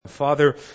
Father